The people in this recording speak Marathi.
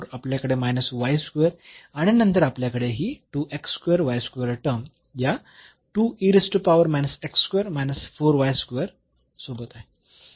तर आपल्याकडे आणि नंतर आपल्याकडे ही टर्म या सोबत आहे